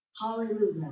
hallelujah